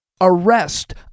arrest